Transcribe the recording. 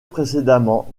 précédemment